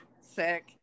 sick